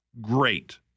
great